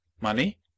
money